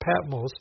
Patmos